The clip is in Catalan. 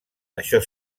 això